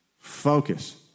focus